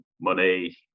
money